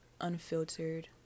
unfiltered